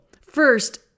First